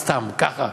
סתם ככה.